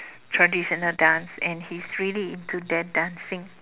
traditional dance and he's really into that dancing